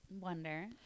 wonder